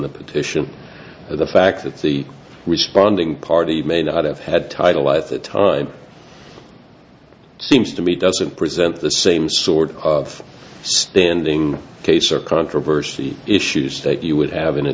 the petition and the fact that the responding party may not have had title at the time it seems to me doesn't present the same sort of standing case or controversy issues that you would have in a